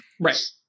Right